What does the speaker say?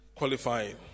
qualifying